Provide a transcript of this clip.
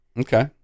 Okay